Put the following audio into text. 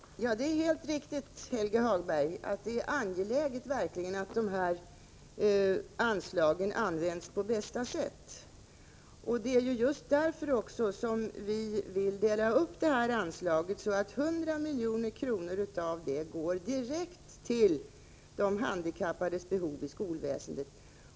Fru talman! Det är helt riktigt, Helge Hagberg, att det är angeläget att det här anslaget används på bästa sätt. Det är också därför som vi vill dela upp anslaget så att 100 milj.kr. av det går direkt till de handikappades behov i skolväsendet.